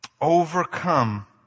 overcome